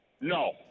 No